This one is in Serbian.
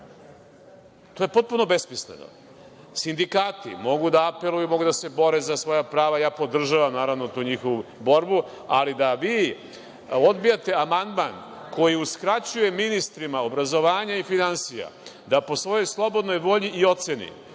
To je potpuno besmisleno. Sindikati mogu da apeluju, mogu da se bore za svoja prava. Ja podržavam tu njihovu borbu, ali da vi odbijate amandman koji uskraćuje ministrima obrazovanja i finansija da po svojoj slobodnoj volji i oceni